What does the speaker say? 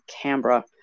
Canberra